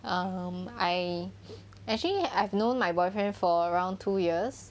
um I actually I've known my boyfriend for around two years